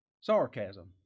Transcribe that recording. Sarcasm